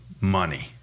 money